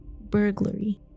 Burglary